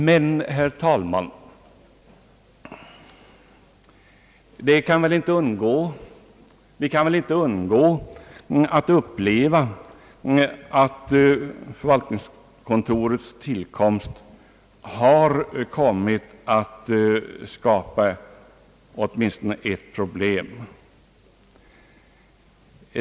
Men, herr talman, vi kan väl inte undgå att vara medvetna om att förvaltningskontorets tillkomst har kommit att skapa åtminstone ett problem.